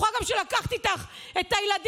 בטוחה שלקחת איתך גם את הילדים,